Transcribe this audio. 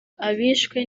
abishwe